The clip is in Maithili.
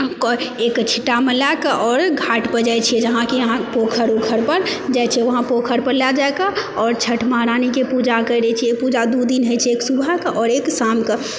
एक छिट्टामे लए कऽ आओर घाट पर जाइ छिऐ जहाँकि अहाँ पोखरि ओखरि पर जाइ छी वहाँ पोखर पर लए जाकऽआओर छठ महारानीके पूजा करै छी पूजा दू दिन होइत छै एक सुबह कऽ आओर एक शाम कऽ